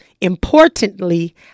importantly